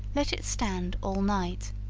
let it stand all night,